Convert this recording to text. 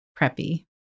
preppy